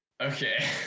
Okay